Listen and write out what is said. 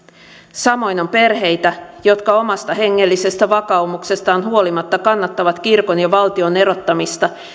samoin on perheitä jotka omasta hengellisestä vakaumuksestaan huolimatta kannattavat kirkon ja valtion erottamista